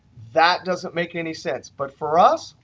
that doesn't make any sense. but for us,